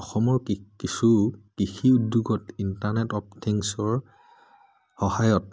অসমৰ কিছু কৃষি উদ্যোগত ইণ্টাৰনেট অ'ফ থিংছৰ সহায়ত